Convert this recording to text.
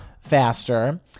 faster